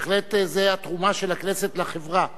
בהחלט זו התרומה של הכנסת לחברה,